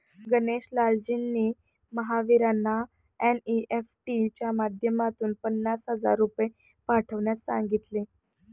गणेश लालजींनी महावीरांना एन.ई.एफ.टी च्या माध्यमातून पन्नास हजार रुपये पाठवण्यास सांगितले